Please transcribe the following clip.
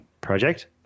project